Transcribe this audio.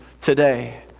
today